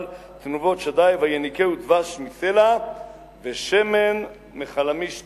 תנובת שדי וינקהו דבש מסלע ושמן מחלמיש צור".